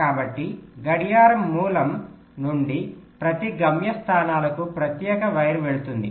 కాబట్టి గడియారం మూలం నుండి ప్రతి గమ్యస్థానాలకు ప్రత్యేక వైర్ వెళుతుంది